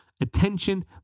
attention